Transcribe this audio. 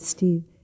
Steve